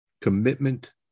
commitment